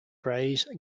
phrase